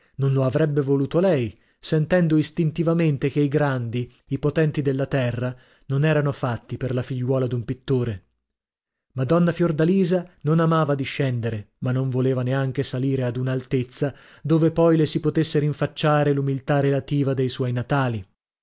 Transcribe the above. non lo avrebbe voluto lei sentendo istintivamente che i grandi i potenti della terra non erano fatti per la figliuola d'un pittore madonna fiordalisa non amava discendere ma non voleva neanche salire ad una altezza dove poi le si potesse rinfacciare l'umiltà relativa dei suoi natali